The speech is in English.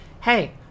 Hey